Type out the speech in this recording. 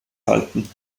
halten